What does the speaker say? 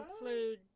include